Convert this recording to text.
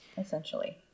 essentially